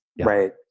Right